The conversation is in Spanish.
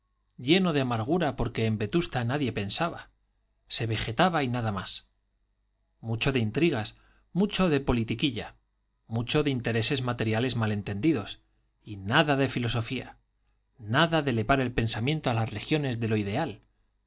lleno de amargura porque en vetusta nadie pensaba se vegetaba y nada más mucho de intrigas mucho de politiquilla mucho de intereses materiales mal entendidos y nada de filosofía nada de elevar el pensamiento a las regiones de lo ideal